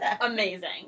Amazing